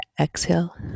exhale